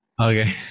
Okay